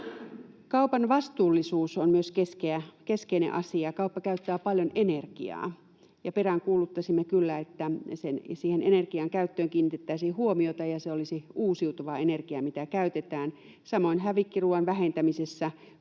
kaupan vastuullisuus on keskeinen asia. Kauppa käyttää paljon energiaa, ja peräänkuuluttaisimme kyllä, että siihen energian käyttöön kiinnitettäisiin huomiota ja se olisi uusiutuvaa energiaa, mitä käytetään. Samoin hävikkiruoan vähentämisessä,